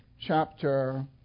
chapter